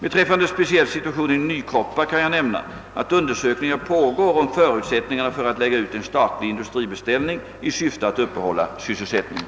Beträffande speciellt situationen i Nykroppa kan jag nämna att undersökningar pågår om förutsättningarna för att lägga ut en statlig industribeställning i syfte att uppehålla sysselsättningen.